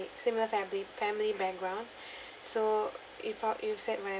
similar family family backgrounds so if uh you've said what